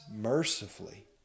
mercifully